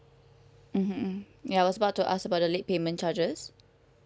mm hmm ya I was about to ask about the late payment charges